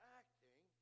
acting